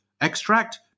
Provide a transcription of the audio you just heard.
extract